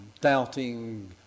Doubting